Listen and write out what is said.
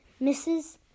Mrs